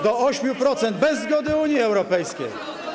Do 8%, bez zgody Unii Europejskiej.